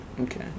Okay